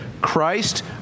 Christ